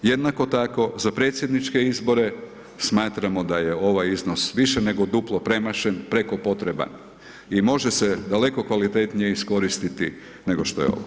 Jednako tako za predsjedničke izbore smatramo da je ovaj iznos više nego duplo premašen, preko potreban i može se daleko kvalitetnije iskoristiti nego što je ovo.